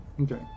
okay